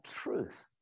truth